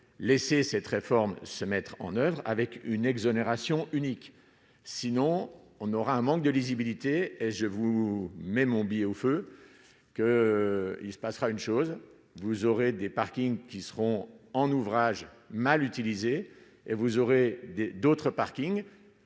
laissé cette réforme se mettre en oeuvre avec une exonération unique, sinon on aura un manque de lisibilité et je vous mets mon billet au feu que il se passera une chose, vous aurez des parkings qui seront en ouvrage mal utilisés et vous aurez d'autres parkings